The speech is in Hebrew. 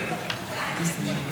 היו רק על דבר אחד: